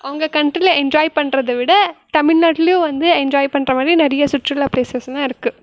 அவங்க கன்ட்ரியில் என்ஜாய் பண்ணுறதை விட தமிழ்நாட்டிலையும் வந்து என்ஜாய் பண்ணுற மாதிரி நிறைய சுற்றுலா பிளேஸஸெலாம் இருக்குது